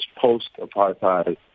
post-apartheid